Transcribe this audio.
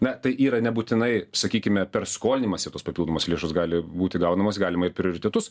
na tai yra nebūtinai sakykime per skolinimąsi tos papildomos lėšos gali būti gaunamos galima ir prioritetus